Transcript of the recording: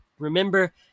Remember